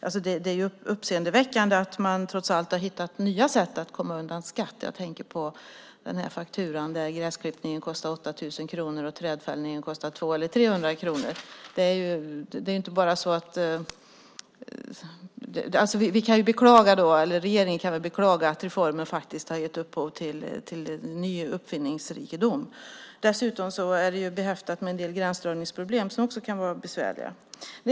Det är uppseendeväckande att man trots allt har hittat nya sätt att komma undan skatt. Jag tänker på fakturan där gräsklippningen kostade 8 000 kronor och trädfällningen kostade 200 eller 300 kronor. Regeringen kan väl då beklaga att reformen har gett upphov till ny uppfinningsrikedom. Dessutom är den behäftad med en del gränsdragningsproblem, som också kan vara besvärliga.